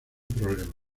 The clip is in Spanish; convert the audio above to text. problema